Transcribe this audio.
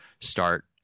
start